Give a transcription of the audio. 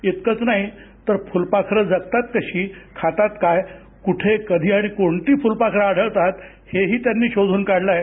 इतकंच नाही तर फुलपाखरं जगतात कशी खातात काय कुठे कधी आणि कोणती फुलपाखरं आढळतात हे ही त्यांनी शोधून काढलं आहे